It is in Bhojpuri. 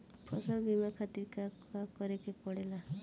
फसल बीमा खातिर का करे के पड़ेला?